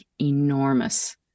enormous